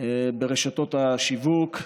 ברשתות השיווק,